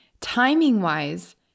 timing-wise